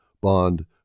Bond